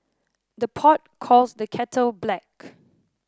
the pot calls the kettle black